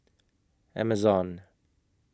Amazon